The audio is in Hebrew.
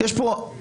יש פה אבסורדים,